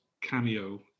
cameo